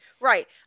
Right